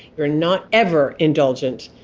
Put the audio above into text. you're not ever indulgent.